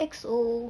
exo